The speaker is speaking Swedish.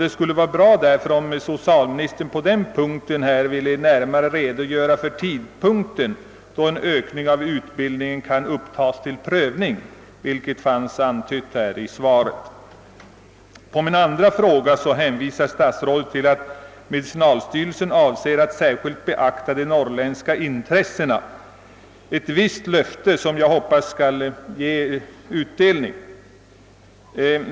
Därför skulle det vara bra om socialministern på den punkten ville närmare redogöra för tidpunkten då en ökning av utbildningen kan upptas till prövning, vilket fanns antytt i svaret. På min andra fråga hänvisar statsrådet till att medicinalstyrelsen avser att särskilt bevaka de norrländska intressena, ett visst löfte som jag hoppas skall ge utdelning.